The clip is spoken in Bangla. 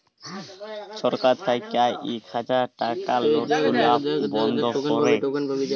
ছরকার থ্যাইকে ইক হাজার টাকার লট গুলা বল্ধ ক্যরে